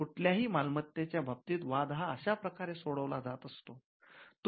कुठल्याही मालमत्तेच्या बाबतीत वाद हा अशाप्रकारे सोडवला जात असतो